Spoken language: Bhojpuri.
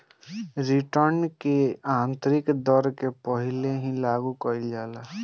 रिटर्न की आतंरिक दर के पहिले ही लागू कईल जाला